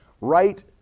Right